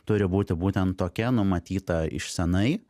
turi būti būtent tokia numatyta iš senai